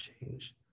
Change